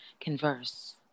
converse